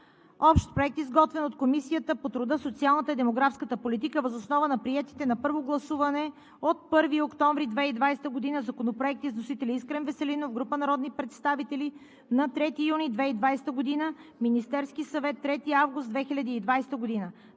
Общ проект, изготвен от Комисията по труда, социалната и демографската политика въз основа на приетите на първо гласуване на 1 октомври 2020 г. законопроекти с вносители – Искрен Веселинов и група народни представители, 3 юни 2020 г.; Министерският съвет, 3 август 2020 г.